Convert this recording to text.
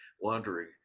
wandering